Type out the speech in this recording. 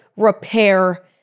repair